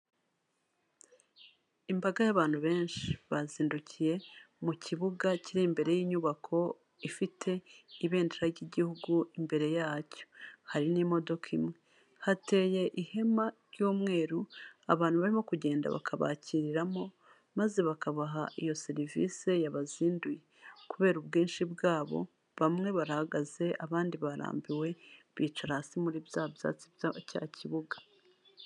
Imbaga y'abantu benshi, bazindukiye mu kibuga kiri imbere y'inyubako ifite ibendera ry'igihugu imbere yacyo, hari n'imodoka imwe, hateye ihema ry'umweru abantu barimo kugenda bakabakiriramo, maze bakabaha iyo serivisi yabazinduye, kubera ubwinshi bwabo bamwe barahagaze, abandi barambiwe bicara hasi muri bya byatsi bya cya kibuga.